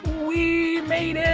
we made it.